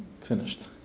finished